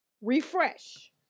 refresh